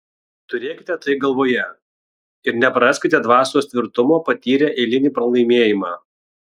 turėkite tai galvoje ir nepraraskite dvasios tvirtumo patyrę eilinį pralaimėjimą